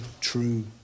true